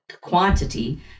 quantity